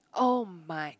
oh my